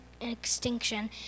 extinction